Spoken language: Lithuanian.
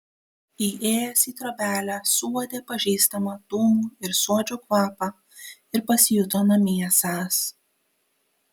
įėjęs į trobelę suuodė pažįstamą dūmų ir suodžių kvapą ir pasijuto namie esąs